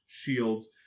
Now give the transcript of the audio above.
shields